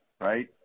right